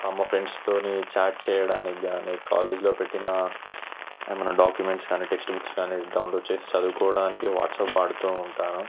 అమ్మ ఫ్రెండ్స్తోని చాట్ చేయడానికి గానీ కాలేజీలో పెట్టిన ఏమన్నా డాకుమెంట్స్ గానీ టెక్స్ట్ బుక్స్ గానీ డౌన్లోడ్ చేసి చదువుకోడానికి వాట్సాప్ వాడుతూ ఉంటాను